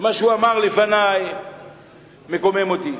מה שהוא אמר לפני מקומם אותי.